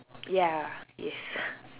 ya yes